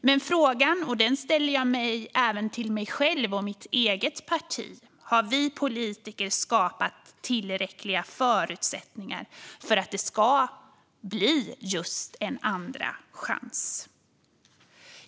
Men frågan, som jag även ställer till mig själv och mitt parti, är om vi politiker har skapat tillräckliga förutsättningar för att det ska bli just en andra chans.